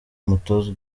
mutoza